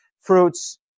fruits